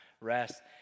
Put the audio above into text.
rest